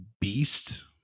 beast